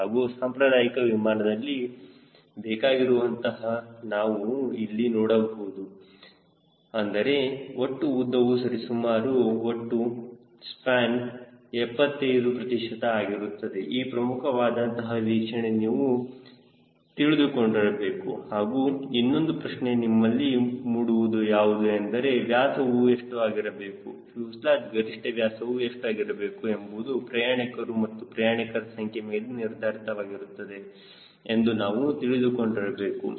ಹಾಗೂ ಸಾಂಪ್ರದಾಯಿಕ ವಿಮಾನದಲ್ಲಿ ಬೇಕಾಗಿರುವುದನ್ನು ನಾವು ಇಲ್ಲಿ ನೋಡಬಹುದು ಅಂದರೆ ಒಟ್ಟು ಉದ್ದವು ಸರಿಸುಮಾರು ಒಟ್ಟು ಸ್ಪ್ಯಾನ್ನ 75 ಪ್ರತಿಶತ ಆಗಿರುತ್ತದೆ ಈ ಪ್ರಮುಖವಾದಂತಹ ವೀಕ್ಷಣೆ ನೀವು ತಿಳಿದುಕೊಂಡಿರಬೇಕು ಹಾಗೂ ಇನ್ನೊಂದು ಪ್ರಶ್ನೆ ನಮ್ಮಲ್ಲಿ ಮೂಡುವುದು ಯಾವುದು ಎಂದರೆ ವ್ಯಾಸವು ಎಷ್ಟು ಆಗಿರಬೇಕು ಫ್ಯೂಸೆಲಾಜ್ ಗರಿಷ್ಠ ವ್ಯಾಸವು ಎಷ್ಟು ಆಗಿರಬೇಕು ಎಂಬುದು ಪ್ರಯಾಣಿಕರು ಹಾಗೂ ಪ್ರಯಾಣಿಕರ ಸಂಖ್ಯೆ ಮೇಲೆ ನಿರ್ಧಾರಿತವಾಗಿರುತ್ತದೆ ಎಂದು ನಾವು ತಿಳಿದುಕೊಂಡಿರಬೇಕು